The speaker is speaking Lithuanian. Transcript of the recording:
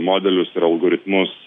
modelius ir algoritmus